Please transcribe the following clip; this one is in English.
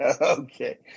Okay